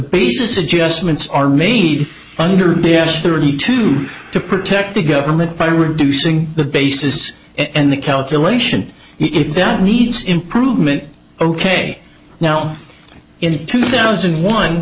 basis adjustments are made under yes thirty two to protect the government by reducing the basis and the calculation if that needs improvement ok now in two thousand